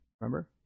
remember